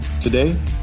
Today